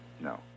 No